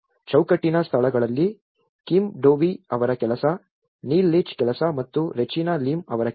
ಚೌಕಟ್ಟಿನ ಸ್ಥಳಗಳಲ್ಲಿ Kim Dovey ಅವರ ಕೆಲಸ ನೀಲ್ ಲೀಚ್ ಕೆಲಸ ಮತ್ತು ರೆಜಿನಾ ಲಿಮ್ ಅವರ ಕೆಲಸ